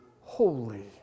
holy